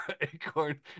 acorn